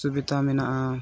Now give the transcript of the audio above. ᱥᱩᱵᱤᱫᱷᱟ ᱢᱮᱱᱟᱜᱼᱟ